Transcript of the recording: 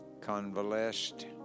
convalesced